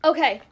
Okay